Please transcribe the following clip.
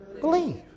believe